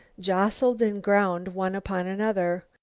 jostled and ground one upon another.